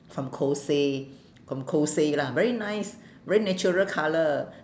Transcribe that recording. from kose from kose lah very nice very natural colour